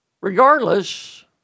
regardless